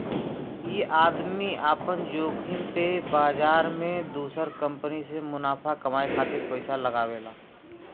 ई आदमी आपन जोखिम पे बाजार मे दुसर कंपनी मे मुनाफा कमाए खातिर पइसा लगावेला